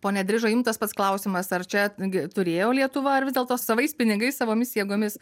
pone drižai jum tas pats klausimas ar čia gi turėjo lietuva ar vis dėlto savais pinigais savomis jėgomis